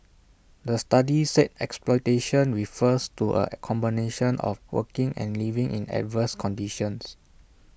the study said exploitation refers to A combination of working and living in adverse conditions